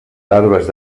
larves